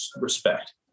respect